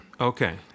Okay